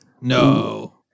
No